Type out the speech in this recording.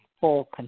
full